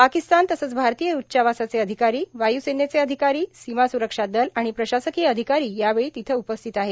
पाकिस्तान तसंच भारतीय उच्चावासाचे अधिकारी वायुसेनेचे अधिकारी सीमासुरक्षा दल आणि प्रशासकीय अधिकारी यावेळी तिथं उपस्थित आहेत